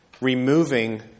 removing